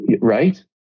Right